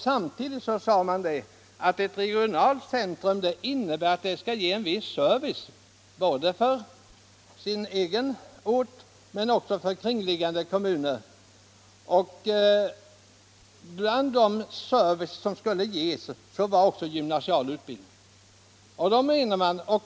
Samtidigt sades det att ett regionalt centrum skulle ge en viss service både åt sin egen ort och åt kringliggande kommuner. I sådan service ingick också möjlighet till gymnasial utbildning.